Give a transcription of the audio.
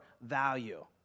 value